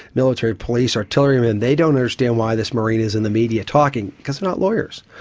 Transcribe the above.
military police, artillery men, they don't understand why this marine is in the media talking, because they're not lawyers.